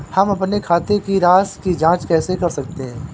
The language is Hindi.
हम अपने खाते की राशि की जाँच कैसे कर सकते हैं?